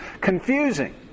confusing